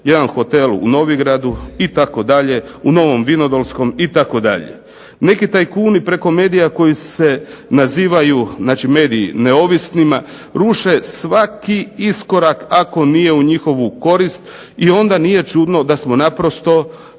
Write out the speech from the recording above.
jedan hotel u Novigradu, itd., u Novom Vinodolskom, itd. Neki tajkuni preko medija koji se nazivaju, znači mediji, neovisnima ruše svaki iskorak ako nije u njihovu korist, i onda nije čudno da smo naprosto